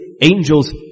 angels